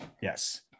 Yes